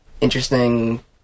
interesting